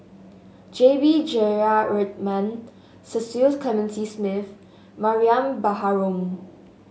J B Jeyaretnam Cecil Clementi Smith Mariam Baharom